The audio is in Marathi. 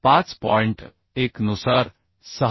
1 नुसार6